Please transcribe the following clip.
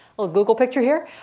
little google picture here.